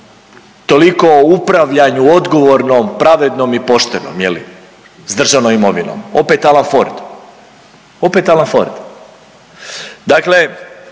Toliko o upravljanju odgovornom, pravednom i poštenom je li s državnom imovinom, opet Alan Ford, opet Alan Ford. Dakle